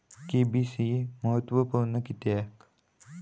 KYC महत्त्वपुर्ण किद्याक?